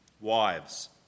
Wives